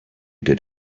did